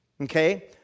okay